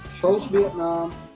Post-Vietnam